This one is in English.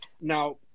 Now